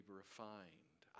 refined